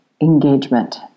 engagement